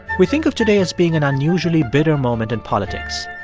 we think of today as being an unusually bitter moment in politics.